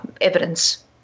evidence